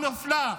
המפלה,